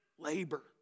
labor